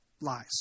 lies